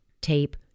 tape